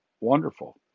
wonderful